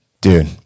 dude